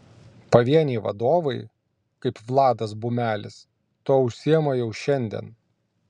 pavieniai vadovai kaip vladas bumelis tuo užsiima jau šiandien